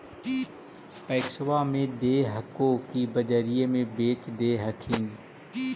पैक्सबा मे दे हको की बजरिये मे बेच दे हखिन?